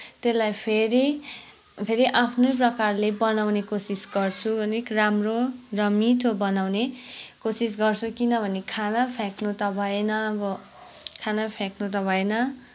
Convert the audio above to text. त्यसलाई फेरि फेरि आफ्नै प्रकारले बनाउने कोसिस गर्छु अलिक राम्रो र मिठो बनाउने कोसिस गर्छु किनभने खाना फ्याँक्नु त भएन अब खाना फ्याँक्नु त भएन